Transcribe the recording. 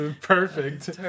perfect